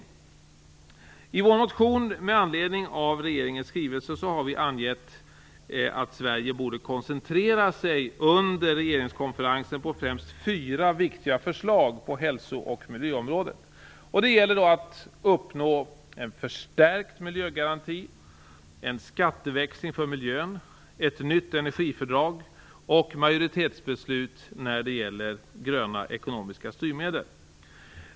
Vi har i vår motion med anledning av regeringens skrivelse angett att Sverige borde koncentrera sig under regeringskonferensen på främst fyra viktiga förslag på hälso och miljöområdet. Det gäller då att uppnå en förstärkt miljögaranti, en skatteväxling för miljön, ett nytt energifördrag och majoritetsbeslut när det gäller gröna ekonomiska styrmedel.